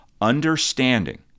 Understanding